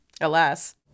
alas